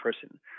person